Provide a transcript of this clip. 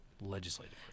legislative